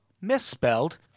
misspelled